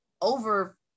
over